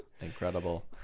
incredible